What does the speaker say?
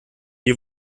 die